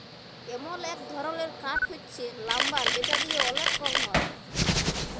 এমল এক ধরলের কাঠ হচ্যে লাম্বার যেটা দিয়ে ওলেক কম হ্যয়